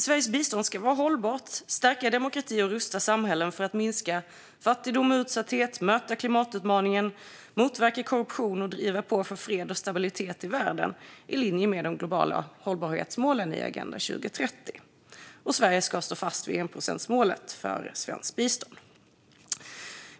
Sveriges bistånd ska vara hållbart, stärka demokratin och rusta samhällen för att minska fattigdom och utsatthet, möta klimatutmaningen, motverka korruption och driva på för fred och stabilitet i världen i linje med de globala hållbarhetsmålen i Agenda 2030. Sverige ska också stå fast vid enprocentsmålet för svenskt bistånd.